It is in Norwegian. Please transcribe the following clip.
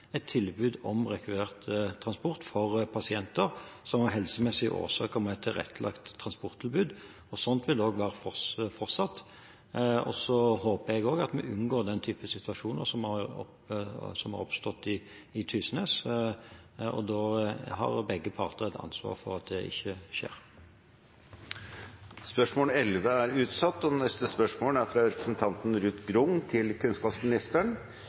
et tilbud om rekvirert transport for pasienter som av helsemessige årsaker må ha et tilrettelagt transporttilbud. Sånn vil det være fortsatt. Så håper jeg også at vi unngår den type situasjoner som har oppstått i Tysnes, og begge parter har et ansvar for at det ikke skjer. Dette spørsmålet er utsatt. Dette spørsmålet, fra representanten Ruth Grung til kunnskapsministeren,